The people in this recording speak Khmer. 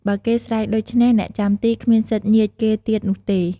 បើគេស្រែកដូច្នេះ អ្នកចាំទីគ្មានសិទ្ធញៀចគេទៀតនោះទេ។